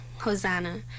Hosanna